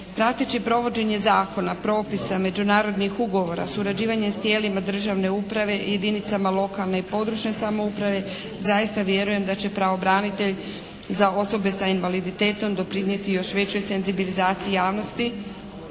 Prateći provođenje zakona, propisa, međunarodnih ugovora, surađivanje s tijelima državne uprave i jedinicama lokalne i područne samouprave zaista vjerujem da će pravobranitelj za osobe sa invaliditetom doprinijeti još većoj senzibilizaciji javnosti